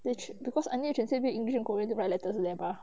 because I need to translate read english and korean write letters to them mah